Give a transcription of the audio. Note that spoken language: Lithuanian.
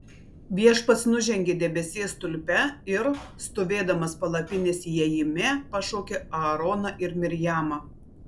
viešpats nužengė debesies stulpe ir stovėdamas palapinės įėjime pašaukė aaroną ir mirjamą